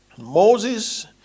Moses